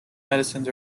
medicines